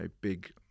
big